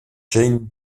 jane